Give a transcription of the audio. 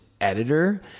editor